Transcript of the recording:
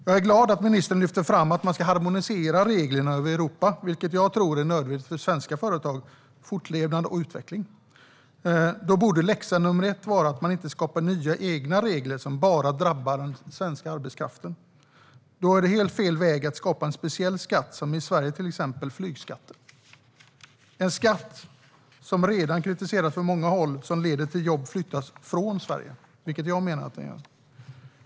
Jag är glad att ministern lyfter fram att man ska harmonisera reglerna i Europa, vilket jag tror är nödvändigt för svenska företags fortlevnad och utveckling. Läxa nummer ett borde då vara att man inte skapar nya egna regler som bara drabbar den svenska arbetskraften. Det är då helt fel väg att skapa en speciell skatt som till exempel flygskatten i Sverige. Det är en skatt som redan har kritiserats från många håll och som leder till att jobb flyttas från Sverige, vilket jag menar att den gör.